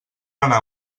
anar